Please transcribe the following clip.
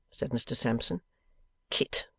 said mr sampson kit!